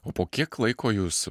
o po kiek laiko jūs